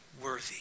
worthy